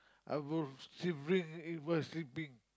I will still bring it was sleeping